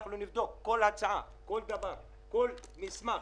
אנחנו נבדוק כל הצעה, כל דבר, כל מסמך